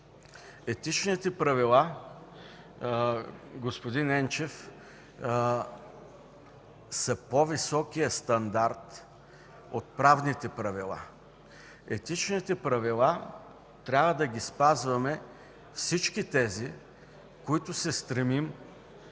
Етичните правила, господин Енчев, са по-високият стандарт от правните правила. Етичните правила трябва да ги спазваме всички, които се стремим